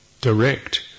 direct